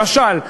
למשל,